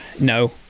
No